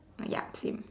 uh yup same